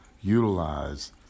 utilize